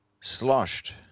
sloshed